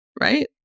right